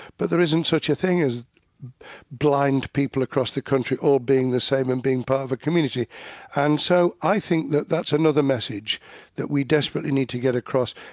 but there isn't such a thing as blind people across the country all being the same and being part of a community and so i think that that's another message that we desperately need to get across.